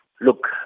look